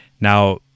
now